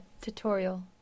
tutorial